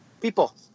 People